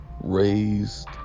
Raised